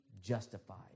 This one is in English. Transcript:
justified